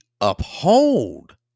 uphold